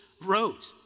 wrote